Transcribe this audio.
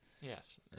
Yes